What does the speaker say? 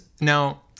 Now